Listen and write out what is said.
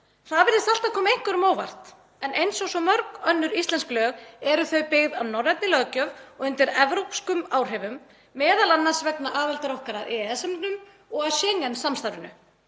Það virðist alltaf koma einhverjum á óvart en eins og svo mörg önnur íslensk lög eru þau byggð á norrænni löggjöf og eru undir evrópskum áhrifum, m.a. vegna aðildar okkar að EES-samningnum og að Schengen-samstarfinu.